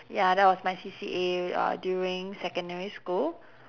ya that was my C_C_A uh during secondary school